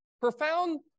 Profound